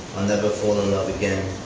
i'll never fall in love again.